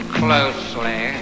closely